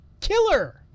killer